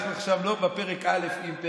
אנחנו עכשיו לא בפרק א' עם,